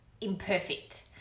imperfect